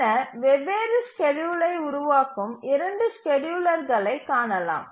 பின்னர் வெவ்வேறு ஸ்கேட்யூலை உருவாக்கும் 2 ஸ்கேட்யூலர்களை காணலாம்